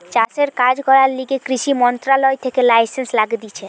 চাষের কাজ করার লিগে কৃষি মন্ত্রণালয় থেকে লাইসেন্স লাগতিছে